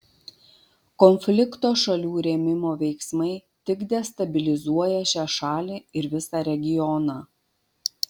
konflikto šalių rėmimo veiksmai tik destabilizuoja šią šalį ir visą regioną